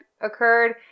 occurred